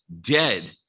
dead